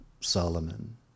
Solomon